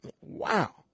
Wow